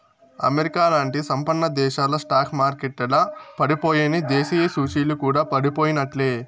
అమెరికాలాంటి సంపన్నదేశాల స్టాక్ మార్కెట్లల పడిపోయెనా, దేశీయ సూచీలు కూడా పడిపోయినట్లే